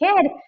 kid